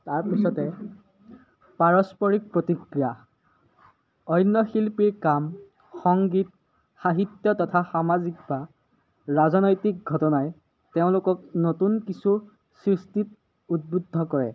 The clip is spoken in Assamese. তাৰপিছতে পাৰস্পৰিক প্ৰতিক্ৰিয়া অন্য শিল্পীৰ কাম সংগীত সাহিত্য তথা সামাজিক বা ৰাজনৈতিক ঘটনাই তেওঁলোকক নতুন কিছু সৃষ্টিত উদ্বুদ্ধ কৰে